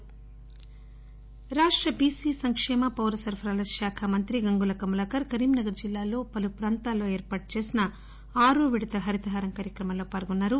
గంగుల కమలాకర్ రాష్ట చీసీ సంక్షేమ పౌర సరఫరా శాఖ గంగుల కమలాకర్ కరీంనగర్ జిల్లా లో పలు ప్రాంతాల్లో ఏర్పాటు చేసిన ఆరవ విడత హరితహారం కార్యక్రమంలో పాల్గొన్నారు